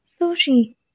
Sushi